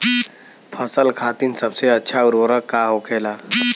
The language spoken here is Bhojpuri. फसल खातीन सबसे अच्छा उर्वरक का होखेला?